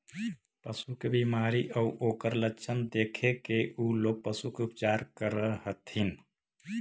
पशु के बीमारी आउ ओकर लक्षण देखके उ लोग पशु के उपचार करऽ हथिन